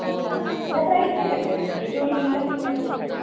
ଆଚ୍ଛା ୟା ପ୍ରାଇସ୍ଟା କେତେ ଏହି ଯେଉଁ ହିଲ୍ଟା ପ୍ରାଇସ୍ଟା କେତେ